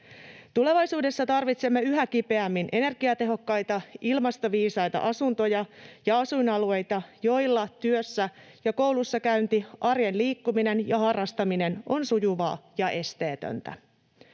Tulevaisuudessa tarvitsemme yhä kipeämmin energiatehokkaita ja ilmastoviisaita asuntoja ja asuinalueita, joissa työssä ja koulussa käynti, arjen liikkuminen ja harrastaminen ovat sujuvia ja esteettömiä.